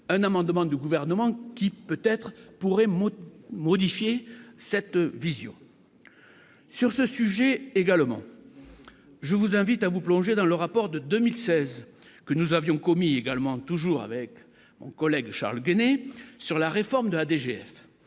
un amendement du gouvernement qui, peut-être, pour M. Haute modifier cette vision sur ce sujet également, je vous invite à vous plonger dans le rapport de 2016 que nous avions commis également toujours avec mon collègue Charles Denner sur la réforme de la DGF